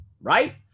right